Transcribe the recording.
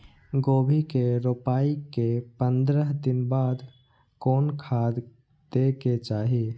गोभी के रोपाई के पंद्रह दिन बाद कोन खाद दे के चाही?